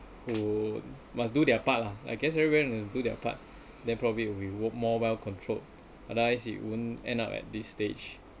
who must do their part lah I guess everyone will do their part then probably will be more well controlled and I think it won't end up at this stage